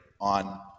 on